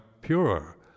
purer